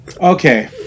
Okay